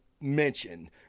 mention